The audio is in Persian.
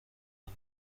نمی